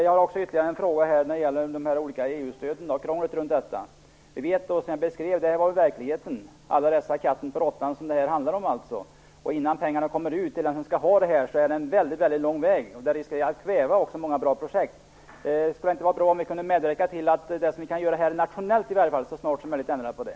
Jag har ytterligare en fråga, och det gäller de olika EU-stöden och krånglet runt dessa. Det jag beskrev var verkligheten, med alla de fall av katten-på-råttan som det handlar om här. Vägen är väldigt lång innan pengarna kommer ut till den som skall ha stödet, och det riskerar att kväva många bra projekt. Skulle det inte vara bra om vi kunde medverka till att göra det vi kan göra åtminstone nationellt för att så snart som möjligt ändra på det?